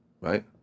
right